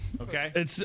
Okay